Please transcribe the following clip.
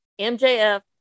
MJF